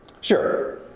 Sure